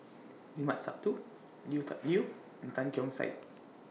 Limat Sabtu Lui Tuck Yew and Tan Keong Saik